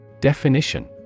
Definition